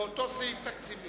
לאותו סעיף תקציבי.